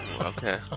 Okay